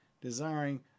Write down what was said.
desiring